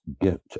get